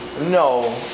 No